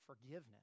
forgiveness